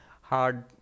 hard